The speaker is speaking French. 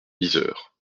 yzeure